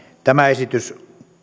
tämä esitys